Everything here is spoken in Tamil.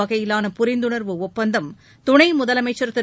வகையிலான புரிந்துணர்வு ஒப்பந்தம் துணை முதலமைச்சர் திரு